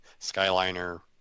skyliner